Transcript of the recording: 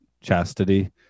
chastity